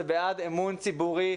זה בעד אמון ציבורי,